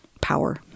power